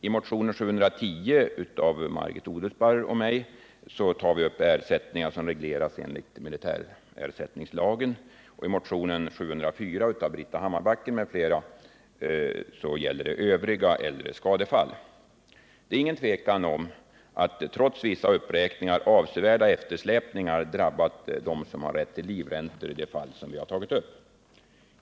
I motionen 710 av Margit Odelsparr och mig tar vi upp ersättningar som regleras enligt militärersättningslagen, och i motionen 704 av Britta Hammarbacken m.fl. gäller det övriga äldre skadefall. Det är ingen tvekan om att trots vissa uppräkningar avsevärda eftersläpningar drabbat dem som har rätt till livräntor i de fall som vi tagit upp.